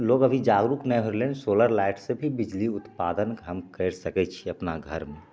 लोग अभी जागरुक नहि होइ रहलै हन सोलर लाइटसे भी बजली उत्पादन कैरि सकै छियै अपना घरमे